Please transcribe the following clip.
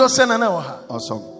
Awesome